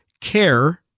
care